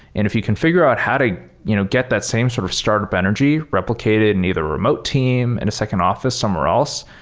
if you can figure out how to you know get that same sort of startup energy replicated in neither a remote team and a second office somewhere else,